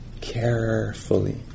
Carefully